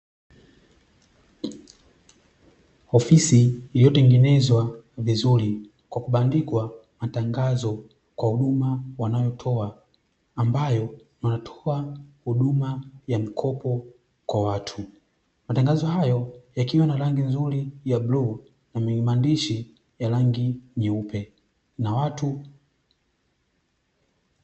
Ofisi iliyotengenzwa vizuri kwa kubandikwa matangazo kwa huduma wanayotoa, ambayo wanatoa huduma ya mkopo kwa watu. Matangazo hayo yakina na rangi nzuri ya bluu na maandishi meupe na watu.